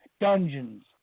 dungeons